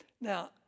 Now